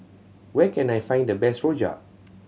where can I find the best rojak